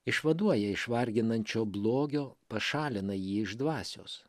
išvaduoja iš varginančio blogio pašalina jį iš dvasios